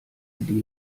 die